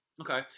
okay